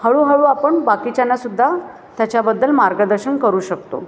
हळूहळू आपण बाकीच्यांनासुद्धा त्याच्याबद्दल मार्गदर्शन करू शकतो